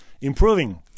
Improving